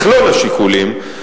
מכלול השיקולים,